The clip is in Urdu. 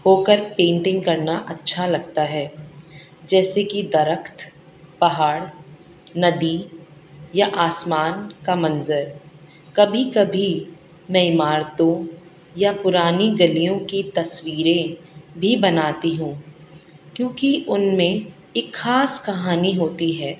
ہو کر پینٹنگ کرنا اچھا لگتا ہے جیسے کہ درخت پہاڑ ندی یا آسمان کا منظر کبھی کبھی میں عمارتوں یا پرانی گلیوں کی تصویریں بھی بناتی ہوں کیوںکہ ان میں ایک خاص کہانی ہوتی ہے